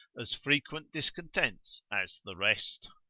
as frequent discontents as the rest.